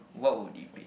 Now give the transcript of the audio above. what would it be